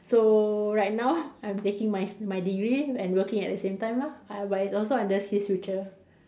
so right now I'm taking my my degree and working at the same time lah uh but it's also under SkillsFuture